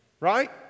right